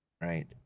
Right